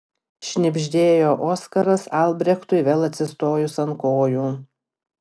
šnibždėjo oskaras albrechtui vėl atsistojus ant kojų